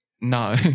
no